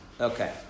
Okay